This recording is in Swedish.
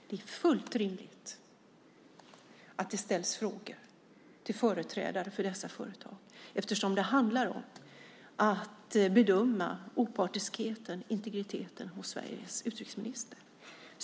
Det är fullt rimligt att det ställs frågor till företrädare för dessa företag, eftersom det handlar om att bedöma opartiskheten och integriteten hos Sveriges utrikesminister.